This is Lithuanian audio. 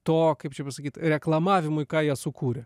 to kaip čia pasakyt reklamavimui ką jie sukūrė